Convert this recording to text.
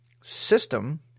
system